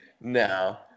No